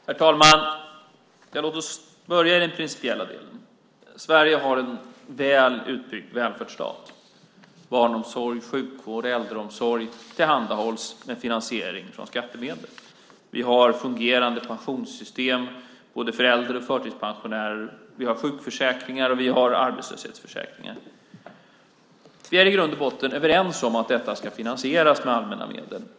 Herr talman! Låt oss börja i den principiella delen. Sverige har en väl utbyggd välfärdsstat. Barnomsorg, sjukvård och äldreomsorg tillhandahålls med finansiering från skattemedel. Vi har fungerande pensionssystem för äldre och förtidspensionärer. Vi har sjukförsäkringar och arbetslöshetsförsäkringen. Vi är i grund och botten överens om att detta ska finansieras med allmänna medel.